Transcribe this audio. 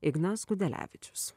ignas gudelevičius